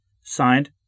Signed